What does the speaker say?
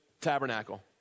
tabernacle